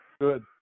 Good